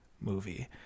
movie